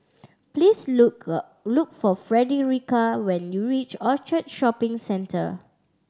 please look look for Fredericka when you reach Orchard Shopping Centre